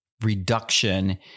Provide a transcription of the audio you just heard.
reduction